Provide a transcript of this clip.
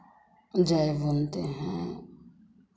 जै बुनते हैं